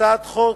הצעת חוק